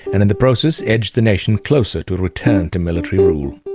and in the process edged the nation closer to a return to military rule.